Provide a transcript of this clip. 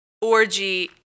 orgy